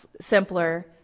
simpler